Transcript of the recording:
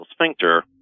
sphincter